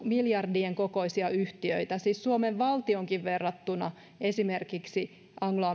miljardien kokoisia yhtiöitä siis suomen valtioonkin verrattuna esimerkiksi anglo